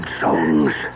songs